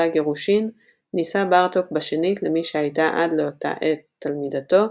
הגירושין נישא בארטוק בשנית למי שהייתה עד לאותה עת תלמידתו,